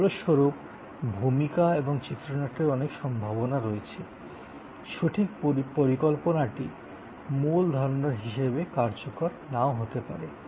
ফলস্বরূপ ভূমিকা এবং চিত্রনাট্যের অনেক সম্ভাবনা রয়েছে সঠিক পরিকল্পনাটি মূল ধারণার হিসাবে কার্যকর নাও হতে পারে